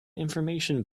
information